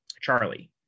charlie